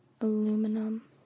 aluminum